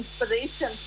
inspiration